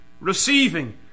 receiving